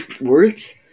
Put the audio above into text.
words